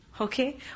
Okay